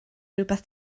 rywbeth